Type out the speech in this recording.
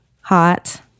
Hot